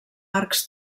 arcs